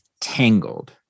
Tangled